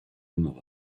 another